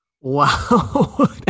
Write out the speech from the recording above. Wow